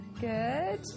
Good